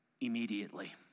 Immediately